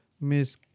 Miss